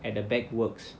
at the back works